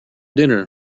dinner